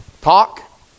Talk